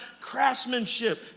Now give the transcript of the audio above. craftsmanship